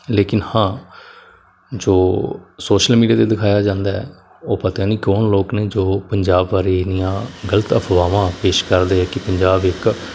ਲੇਕਿਨ ਹਾਂ ਜੋ ਸੋਸ਼ਲ ਮੀਡੀਆ 'ਤੇ ਦਿਖਾਇਆ ਜਾਂਦਾ ਉਹ ਪਤਾ ਨਹੀਂ ਕੌਣ ਲੋਕ ਨੇ ਜੋ ਪੰਜਾਬ ਬਾਰੇ ਇੰਨੀਆਂ ਗਲਤ ਅਫਵਾਹਾਂ ਪੇਸ਼ ਕਰਦੇ ਆ ਕਿ ਪੰਜਾਬ ਇੱਕ